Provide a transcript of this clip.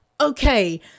Okay